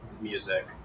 Music